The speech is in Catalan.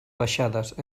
baixades